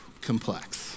complex